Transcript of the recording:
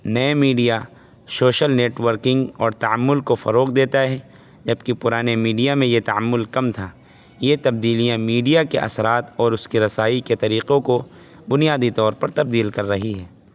نئے media social networking اور تعمل کو فروغ دیتا ہے جبکہ پرانے میڈیا میں یہ تعمل کم تھا یہ تبدیلیاں میڈیا کے اثرات اور اس کے رسائی کے طریقوں کو بنیادی طور پر تبدیل کر رہی ہیں